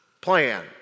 plan